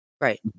Right